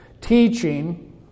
teaching